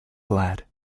glad